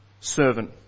servant